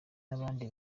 n’abandi